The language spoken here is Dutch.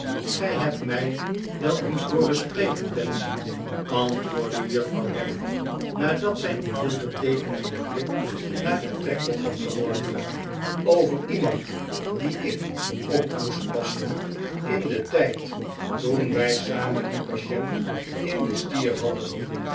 gij hebt mij wel eens hooren spreken betsy ant woorddd juffrouw gamp nadat zij een veelbeteekenenden blik naar den trekpot had geworpen over iemand dien ik op moest passen in den tijd toen wij samen dien patient in de stier hadden